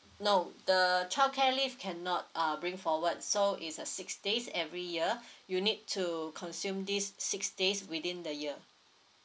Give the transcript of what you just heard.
no the childcare leave cannot uh bring forward so is uh six days every year you need to consume these six days within the year